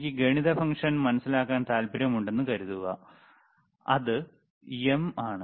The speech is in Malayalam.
എനിക്ക് ഗണിത ഫംഗ്ഷൻ മനസിലാക്കാൻ താൽപ്പര്യമുണ്ടെന്ന് കരുതുക അത് M ആണ്